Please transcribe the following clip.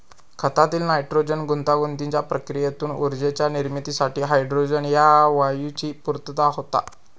खतातील नायट्रोजन गुंतागुंतीच्या प्रक्रियेतून ऊर्जेच्या निर्मितीसाठी हायड्रोजन ह्या वायूची पूर्तता होता